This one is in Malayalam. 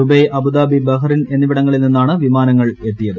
ദുബൈ അബുദാബി ബഹ്റിൻ എന്നിവിടങ്ങളിൽ നിന്നാണ് വിമാനങ്ങൾ എത്തിയത്